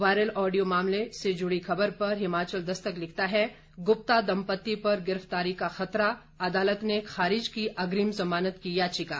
viral audio मामले से जुडी खबर पर हिमाचल दस्तक लिखता है गुप्ता दंपति पर गिरफतारी का खतरा अदालत ने खारिज की अग्रिम जमानत की याचिका